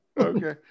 Okay